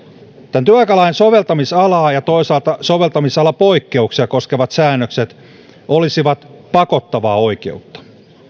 tämän työaikalain soveltamisalaa ja toisaalta soveltamisalapoikkeuksia koskevat säännökset olisivat pakottavaa oikeutta